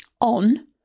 on